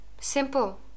simple